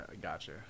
gotcha